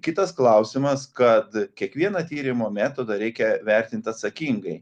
kitas klausimas kad kiekvieną tyrimo metodą reikia vertint atsakingai